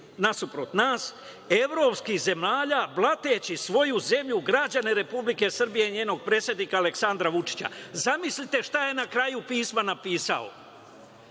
nasuprot nas, evropskih zemalja blateći svoju zemlju, građane Republike Srbije i njenog predsednika, Aleksandra Vučića. Zamislite šta je na kraju pisma napisao?